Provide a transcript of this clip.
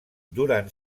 durant